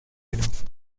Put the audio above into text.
enough